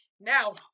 Now